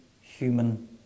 human